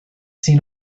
seen